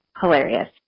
hilarious